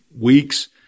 weeks